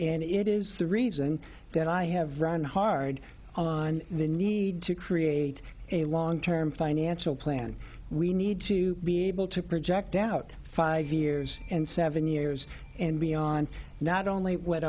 and it is the reason that i have run hard on the need to create a long term financial plan we need to be able to project out five years and seven years and beyond not only what